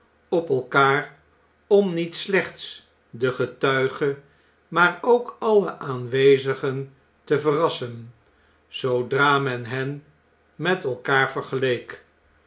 op elkaar om niet slechts den getuige maar ook alle aanwezigen te verrassen zoodra men hen met elkaar vergeleek